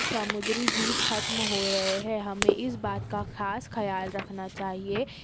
سمندری جیو ختم ہو رہے ہیں ہمیں اس بات کا خاص خیال رکھنا چاہیے